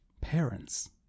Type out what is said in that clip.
parents